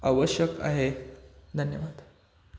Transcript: आवश्यक आहे धन्यवाद